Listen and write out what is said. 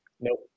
Nope